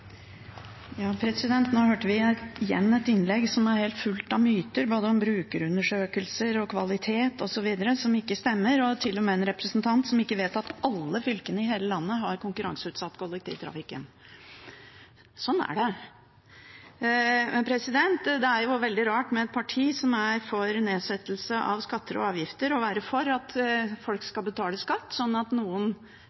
Nå hørte vi igjen et innlegg som var fullt av myter om brukerundersøkelser, kvalitet osv. som ikke stemmer. Det var til og med en representant som ikke vet at alle fylkene i landet har konkurranseutsatt kollektivtrafikken. Sånn er det. Det er jo veldig rart med et parti som er for nedsettelse av skatter og avgifter, å være for at folk